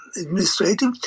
administrative